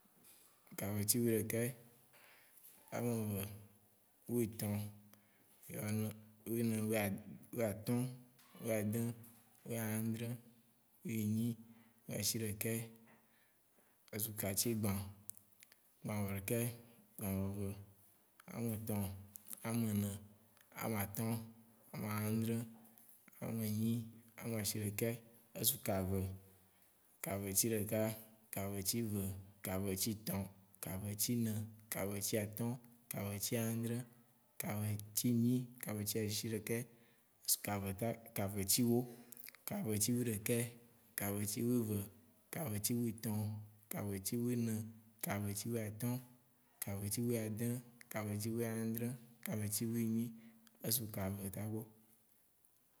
kavetsi weɖeka, ameve, woetsɔ̃, wenɛ, weatɔ̃, weadĩ, weaãdre, weenyi, weashiɖekɛ, ezu katsigbã, gbãvɔ̃ɖeke, gbãvɔve. ametɔ̃, aménɛ, amatɔ̃, amaadrɛ, amenyi, amashiɖekɛ, azu kave, kavetsi ɖeka, kavetsi ve kavetsi tɔ̃, kavetsi nɛ, kavetsi atɔ̃, kavetsi aãdrɛ, kavetsi nyi, kavetsi ashiɖekɛ, kavetsi wó, kavetsi weɖeka, kavetsi weve, kavetsi wetɔ̃, kavetsi wenɛ, kavetsi woatɔ̃, kavetsi weadĩ, kavetsi weãdre, kavetsi wenyi, ezu kave takpo.